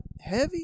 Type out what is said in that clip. heavy